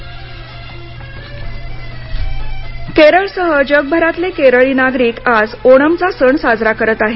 ओणम केरळसह जगभरातले केरळी नागरिक आज ओणमचा सण साजरा करत आहेत